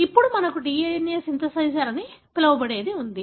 ఇప్పుడు మనకు DNA synthesiser అని పిలవబడేది ఉంది